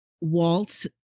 Walt